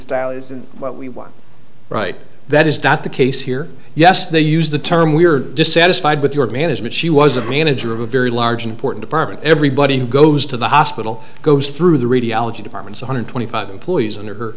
style is what we want right that is not the case here yes they used the term we were dissatisfied with your management she was a manager of a very large important apartment everybody who goes to the hospital goes through the radiology department one hundred twenty five employees in her